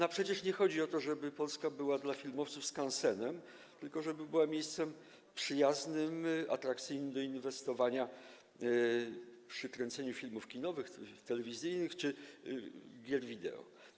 A przecież nie chodzi o to, żeby Polska była dla filmowców skansenem, tylko żeby była miejscem przyjaznym, atrakcyjnym do inwestowania, wykorzystywanym przy kręceniu filmów kinowych, telewizyjnych czy gier wideo.